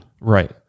Right